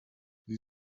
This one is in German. sie